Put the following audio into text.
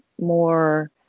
more